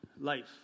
life